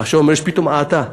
עכשיו פתאום יש האטה.